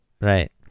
Right